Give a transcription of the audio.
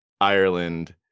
Ireland